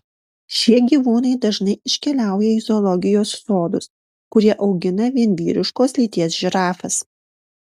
šie gyvūnai dažnai iškeliauja į zoologijos sodus kurie augina vien vyriškos lyties žirafas